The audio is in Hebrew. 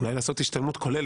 ולהציע הצעה,